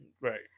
Right